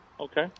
Okay